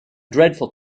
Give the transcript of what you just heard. dreadful